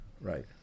right